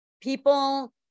People